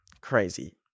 Crazy